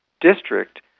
district